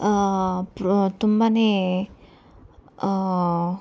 ಪ್ರ ತುಂಬಾ